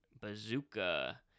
bazooka